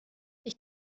ich